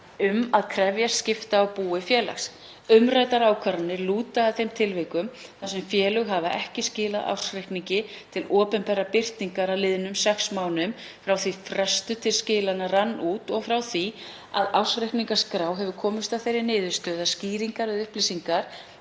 um að krefjast skipta á búi félags. Umræddar ákvarðanir lúta að þeim tilvikum þar sem félög hafa ekki skilað ársreikningi til opinberrar birtingar að liðnum sex mánuðum frá því að frestur til skilanna rann út og frá því að ársreikningaskrá hefur komist að þeirri niðurstöðu að skýringar eða upplýsingar